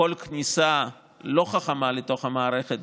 כל כניסה לא חכמה לתוך המערכת,